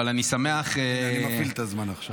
אבל אני שמח --- אני מפעיל את הזמן עכשיו.